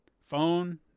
phone